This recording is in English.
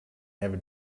never